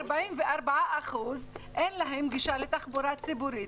ל-44% אין גישה לתחבורה ציבורית.